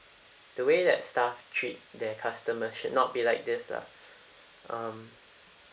the way that staff treat their customers should not be like this lah um